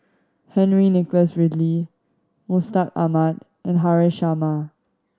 Henry Nicholas Ridley Mustaq Ahmad and Haresh Sharma